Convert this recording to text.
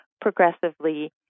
progressively